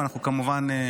וכמובן,